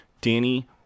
danny